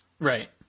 Right